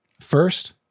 First